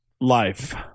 Life